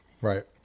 Right